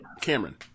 Cameron